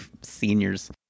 seniors